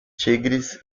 tigres